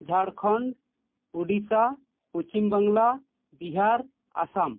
Jharkhand Odisha Paschim Bangla Bihar Assam